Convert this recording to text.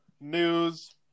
news